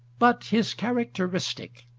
but his characteristic,